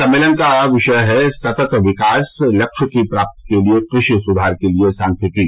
सम्मेलन का विषय है सततविकास लक्ष्य की प्राप्ति के लिए कृषि सुधार के लिए सांख्यिकी